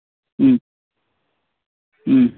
ಹ್ಞೂ ಹ್ಞೂ